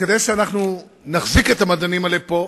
וכדי שאנחנו נחזיק את המדענים האלה פה,